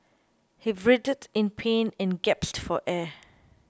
he writhed in pain and gasped for air